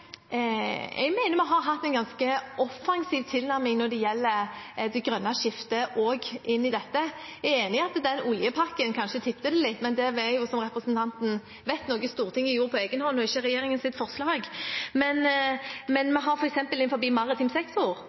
enig i at den oljepakken kanskje tipper det litt, men det er jo, som representanten Kaski vet, noe Stortinget gjorde på egen hånd og som ikke var regjeringens forslag. Men innenfor f.eks. maritim sektor tar vi